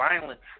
violence